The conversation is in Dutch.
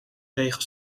regel